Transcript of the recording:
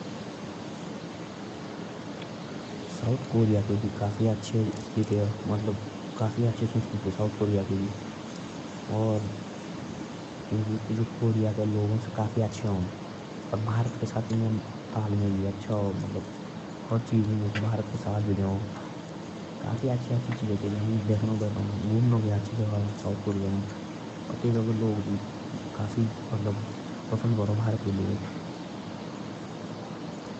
दक्षिण कोरिया के भी काफी अच्छा संस्कृति आ। वहाँ के लोग काफी अच्छा आ। भारत के साथ तिनका काफी तालमेल आ। वहाँ घूमने का अच्छा जगह आ।